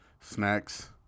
snacks